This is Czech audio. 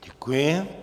Děkuji.